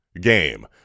game